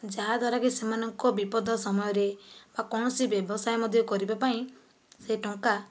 ଯାହା ଦ୍ୱାରା କି ସେମାନଙ୍କ ବିପଦ ସମୟରେ ଆଉ କୌଣସି ବ୍ୟବସାୟ ମଧ୍ୟ କରିବା ପାଇଁ ସେ ଟଙ୍କା